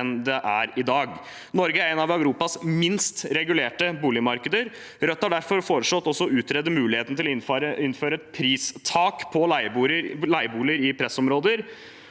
enn det er i dag. Norge har et av Europas minst regulerte boligmarkeder. Rødt har derfor foreslått også å utrede muligheten til å innføre et pristak på leieboliger i pressområder,